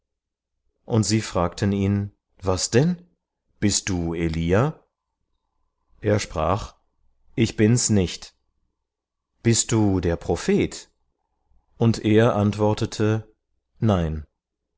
und sie fragten ihn was denn bist du elia er sprach ich bin's nicht bist du der prophet und er antwortete nein